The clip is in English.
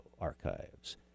archives